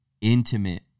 intimate